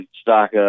stock